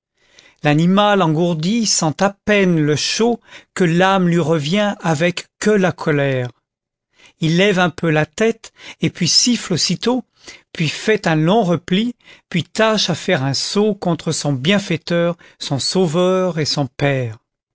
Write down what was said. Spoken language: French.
l'animal engourdi sent à peine le chaud que l'àme lui revient avecque la colère il lève un peu la lé te et puis siffle aussitôt puis fait un long repli puis lâche à faire un saut contre son bienfaiteur son sauveur et son père